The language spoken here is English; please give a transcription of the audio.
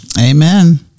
Amen